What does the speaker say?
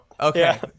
Okay